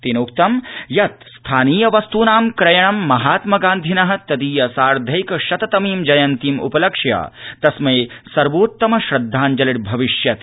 तेनोक्तं यत् स्थानीय वस्त्नां क्रयणं महात्म गान्धिन तदीय सार्धैकशततमीं जयन्तीम उपलक्ष्य तस्मै सर्वोतम श्रद्धाञ्जलिर्भविष्यति